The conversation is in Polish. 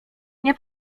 nie